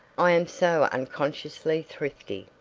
i am so unconsciously thrifty!